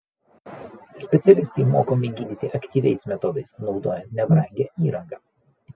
specialistai mokomi gydyti aktyviais metodais naudojant nebrangią įrangą